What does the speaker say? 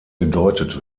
gedeutet